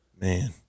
Man